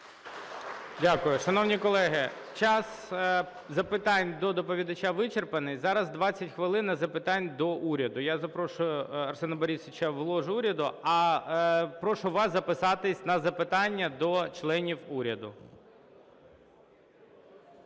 Дякую. Шановні колеги, час запитань до доповідача вичерпаний. Зараз 20 хвилин – на запитання до уряду. Я запрошую Арсена Борисовича в ложу уряду, а прошу вас записатись на запитання до членів уряду.